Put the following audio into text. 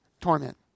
torment